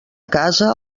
casa